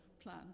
plan